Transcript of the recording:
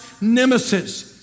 nemesis